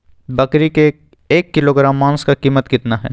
बकरी के एक किलोग्राम मांस का कीमत कितना है?